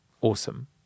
awesome